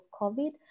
COVID